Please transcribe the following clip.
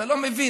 אתה לא מבין,